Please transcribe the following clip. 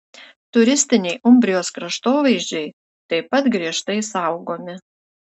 turistiniai umbrijos kraštovaizdžiai taip pat griežtai saugomi